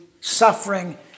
suffering